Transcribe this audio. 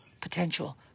potential